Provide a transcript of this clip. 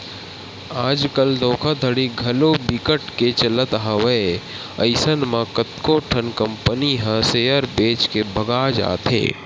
आज कल धोखाघड़ी घलो बिकट के चलत हवय अइसन म कतको ठन कंपनी ह सेयर बेच के भगा जाथे